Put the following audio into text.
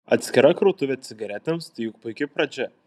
atskira krautuvė cigaretėms tai juk puiki pradžia